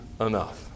enough